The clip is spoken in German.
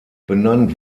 benannt